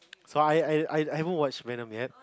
so I I I I haven't watch Venom yet